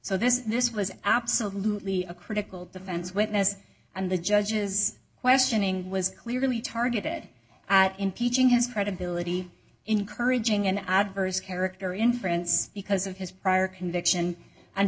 so this this was absolutely a critical defense witness and the judge's questioning was clearly targeted at impeaching his credibility encouraging an adverse character in friends because of his prior conviction